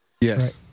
Yes